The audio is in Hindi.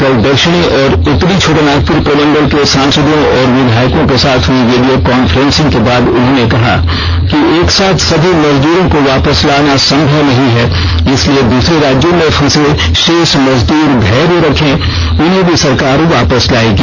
कल दक्षिणी और उत्तरी छोटानागपुर प्रमंडल के सांसदों और विधायकों के साथ हुई वीडियो कांफ्रेंसिंग के बाद उन्होंने कहा कि एक साथ सभी मजदूरों को वापस लाना संभव नहीं है इसलिए दूसरे राज्यों में फंसे शेष मजदूर धैर्य रखे उन्हें भी सरकार वापस लायेगी